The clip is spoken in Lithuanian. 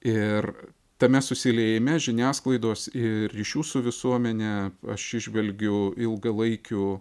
ir tame susiliejime žiniasklaidos ir ryšių su visuomene aš įžvelgiu ilgalaikių